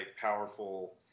powerful